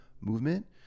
movement